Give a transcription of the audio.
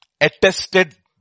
attested